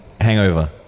Hangover